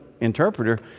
interpreter